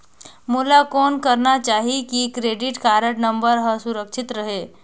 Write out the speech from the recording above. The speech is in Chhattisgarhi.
मोला कौन करना चाही की क्रेडिट कारड नम्बर हर सुरक्षित रहे?